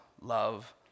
love